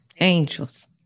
Angels